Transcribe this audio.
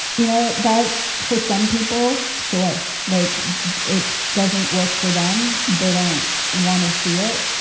you know that for some people. sure, like it doesn't work for them. they don't want to see it.